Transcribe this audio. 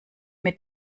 mit